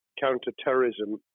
counter-terrorism